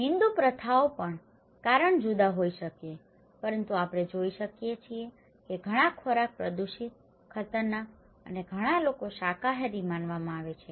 હિન્દુ પ્રથાઓમાં પણ કારણ જુદા હોઈ શકે છે પરંતુ આપણે જોઈ શકીએ છીએ કે ઘણાં ખોરાક પ્રદુષિત ખતરનાક અને ઘણા લોકો શાકાહારી માનવામાં આવે છે